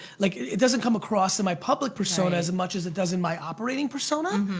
like it doesn't come across in my public persona as much as it does in my operating persona